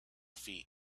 feet